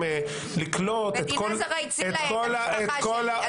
לקלוט --- מדינה זרה הצילה את המשפחה שלי,